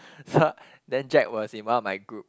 so then Jack was in one of my group